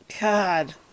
God